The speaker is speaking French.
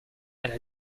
elle